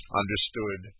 understood